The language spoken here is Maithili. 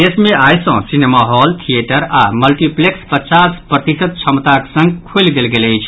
देश मे आई सँ सिनेमा हॉल थियेटर आओर मल्टीप्लेक्स पचास प्रतिशत क्षमताक संग खोलि देल गेल अछि